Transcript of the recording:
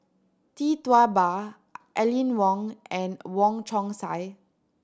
Tee Tua Ba Aline Wong and Wong Chong Sai